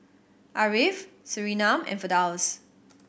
Ariff Surinam and Firdaus